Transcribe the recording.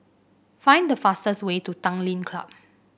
find the fastest way to Tanglin Club